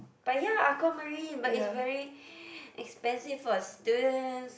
but ya aquamarine but it's very expensive for students